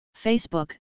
Facebook